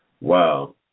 Wow